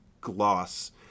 gloss